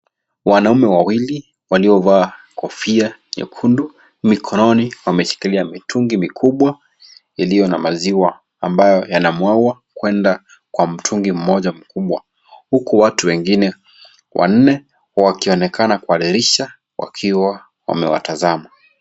Wanaume wawili waliovaa kofia nyekundu, mikononi wameshikilia mitungi mikubwa, iliyo na maziwa ambayo yanamwagwa kwenda kwa mtungi mmoja mkubwa. Huku watu wengine wanne wakionekana kwa dirisha wakiwa wamewatazama.